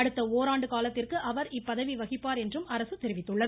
அடுத்த ஓராண்டு காலத்திற்கு அவர் இப்பதவி வகிப்பார் என்றும் அரசு தெரிவித்துள்ளது